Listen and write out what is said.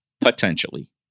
potentially